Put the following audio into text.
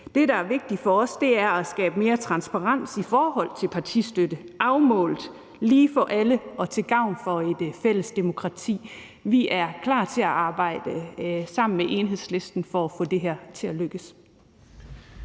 Det, der er vigtigt for os, er at skabe mere transparens omkring partistøtte, så det er afbalanceret, lige for alle og til gavn for det fælles demokrati. Vi er klar til at arbejde sammen med Enhedslisten for at få det her til at lykkes.